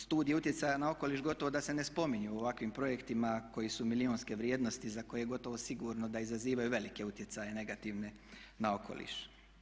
Studije utjecaja na okoliš gotovo da se ne spominju u ovakvim projektima koji su milijunske vrijednosti za koje je gotovo sigurno da izazivaju velike utjecaje negativne na okoliš.